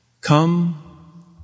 Come